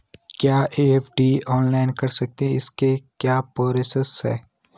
क्या FD online कर सकते हैं इसकी क्या प्रोसेस है?